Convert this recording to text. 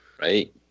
Right